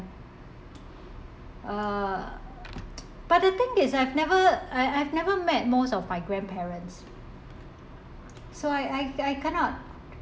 uh but the thing is I've never I I've never met most of my grandparents so I I cannot